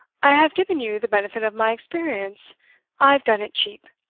i have given you the benefit of my experience i've done it cheap.